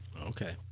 Okay